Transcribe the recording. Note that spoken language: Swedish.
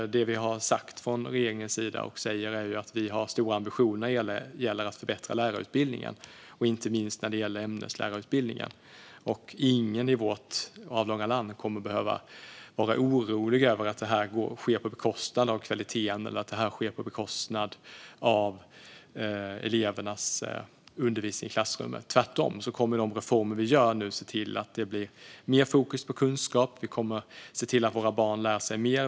Det vi från regeringens sida har sagt och säger är att vi har stora ambitioner när det gäller att förbättra lärarutbildningen, inte minst ämneslärarutbildningen. Ingen i vårt avlånga land kommer att behöva vara orolig för att detta ska ske på bekostnad av kvaliteten eller på bekostnad av elevernas undervisning i klassrummet. Tvärtom kommer de reformer vi nu gör att se till att det blir mer fokus på kunskap. Vi kommer att se till att våra barn lär sig mer.